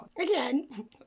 Again